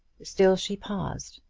still she paused.